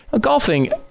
Golfing